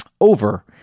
Over